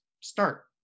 start